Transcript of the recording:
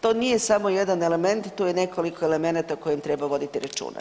To nije samo jedan element, tu je nekoliko elemenata o kojim treba voditi računa.